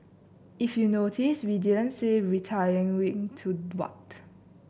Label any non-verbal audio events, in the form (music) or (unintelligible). if you notice we didn't say retiring (unintelligible) to what